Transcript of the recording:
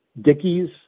Dickie's